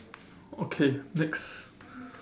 okay next